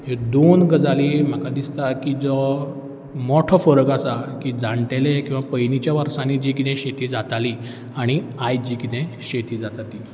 ह्यो दोन गजाली म्हाका दिसता की जो मोठो फरक आसा की जाण्टेले किंवां पयलींच्या वर्सांनी जी कितें शेती जाताली आनी आयज जी कितें शेती जाता ती